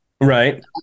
right